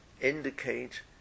indicate